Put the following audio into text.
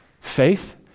faith